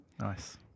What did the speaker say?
Nice